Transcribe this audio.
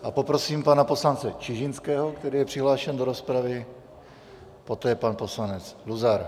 A poprosím pana poslance Čižinského, který je přihlášen do rozpravy, poté pan poslanec Luzar.